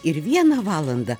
ir vieną valandą